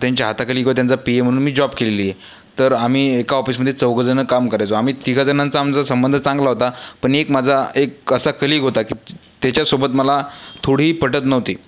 त्यांच्या हाताखाली किवा त्यांचा पी ए म्हणून मी जॉब केलेली आहे तर आम्ही एका ऑफिसमध्ये चौघजणं काम करायचो आम्ही तिघाजणांचा आमचा संबंध चांगला होता पण एक माझा एक असा कलीग होता की त्याच्यासोबत मला थोडीही पटत नव्हती